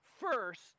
first